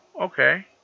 okay